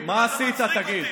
אתה המצאת את הסיבים.